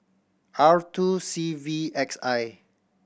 R two C V X I